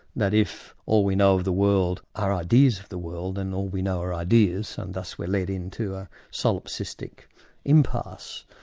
that if all we know of the world are ideas of the world, and all we know are ideas, and thus we're led into a solipsistic impasse.